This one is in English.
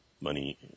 money